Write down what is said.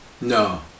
No